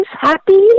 Happy